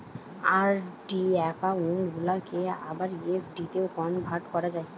RD account গুলাকে আবার এফ.ডিতে কনভার্ট করা যায়